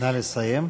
נא לסיים.